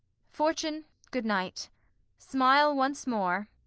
fortune, good night smile once more,